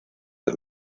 del